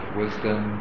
wisdom